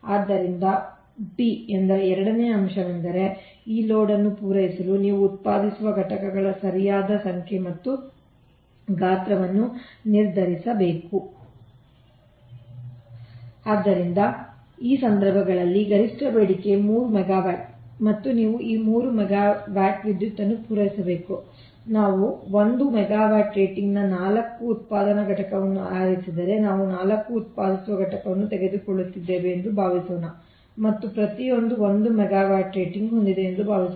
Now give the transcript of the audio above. ಆದ್ದರಿಂದ B ಸಂಖ್ಯೆ B ಎಂದರೆ ಎರಡನೆಯ ಅಂಶವೆಂದರೆ ಈ ಲೋಡ್ ಅನ್ನು ಪೂರೈಸಲು ನೀವು ಉತ್ಪಾದಿಸುವ ಘಟಕಗಳ ಸರಿಯಾದ ಸಂಖ್ಯೆ ಮತ್ತು ಗಾತ್ರವನ್ನು ನಿರ್ಧರಿಸಬೇಕು ಆದ್ದರಿಂದ ಈ ಸಂದರ್ಭದಲ್ಲಿ ಗರಿಷ್ಠ ಬೇಡಿಕೆ 3 ಮೆಗಾವ್ಯಾಟ್ ಮತ್ತು ಅಂದರೆ ನೀವು ಈ 3 ಮೆಗಾವ್ಯಾಟ್ ವಿದ್ಯುತ್ ಅನ್ನು ಪೂರೈಸಬೇಕು ಆದ್ದರಿಂದ ನಾವು 1 ಮೆಗಾವ್ಯಾಟ್ ರೇಟಿಂಗ್ ನ 4 ಉತ್ಪಾದನಾ ಘಟಕಗಳನ್ನು ಆರಿಸಿದರೆ ನಾವು 4 ಉತ್ಪಾದಿಸುವ ಘಟಕಗಳನ್ನು ತೆಗೆದುಕೊಳ್ಳುತ್ತಿದ್ದೇವೆ ಎಂದು ಭಾವಿಸೋಣ ಮತ್ತು ಪ್ರತಿಯೊಂದೂ 1 ಮೆಗಾವ್ಯಾಟ್ ರೇಟಿಂಗ್ ಹೊಂದಿದೆ ಎಂದು ಭಾವಿಸೋಣ